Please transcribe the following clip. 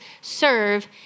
serve